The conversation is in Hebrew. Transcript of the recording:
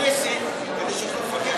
את חברי הכנסת כדי שיוכלו לפקח על הממשלה.